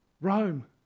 Rome